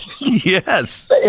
yes